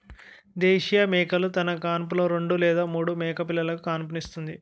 దేశీయ మేకలు తన కాన్పులో రెండు లేదా మూడు మేకపిల్లలుకు కాన్పుస్తుంది